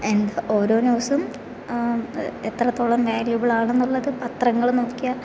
എന്താ ഓരോ ന്യൂസും എത്രത്തോളം വേല്യുബിൾ ആണെന്നുള്ളത് പത്രങ്ങള് നോക്കിയാൽ